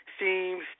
seems